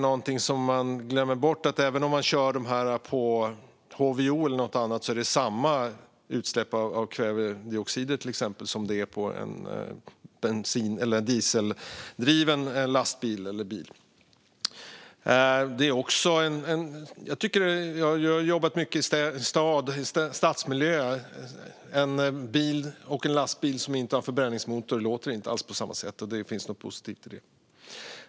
Någonting som man glömmer bort är att även om man kör på HVO eller någonting annat är det till exempel samma utsläpp av kvävedioxider som det är för en dieseldriven lastbil eller bil. Jag har jobbat mycket i stadsmiljö. En bil och en lastbil som inte har förbränningsmotor låter inte alls på samma sätt. Det finns något positivt i det.